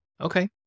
Okay